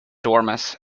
dormouse